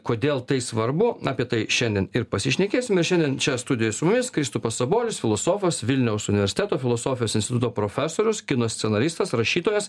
kodėl tai svarbu apie tai šiandien ir pasišnekėsime šiandien čia studijoj su mumis kristupas sabolius filosofas vilniaus universiteto filosofijos instituto profesorius kino scenaristas rašytojas